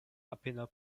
apenaŭ